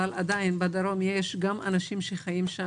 אבל עדיין יש גם אנשים שחיים בדרום.